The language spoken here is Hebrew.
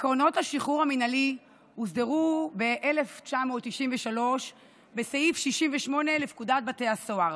עקרונות השחרור המינהלי הוסדרו ב-1993 בסעיף 68 לפקודת בתי הסוהר